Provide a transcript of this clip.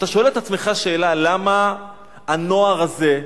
אתה שואל את עצמך שאלה: למה הנוער הזה,